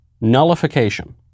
nullification